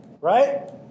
right